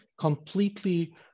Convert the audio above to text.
completely